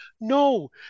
No